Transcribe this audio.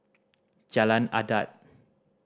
Jalan Adat